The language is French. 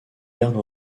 garde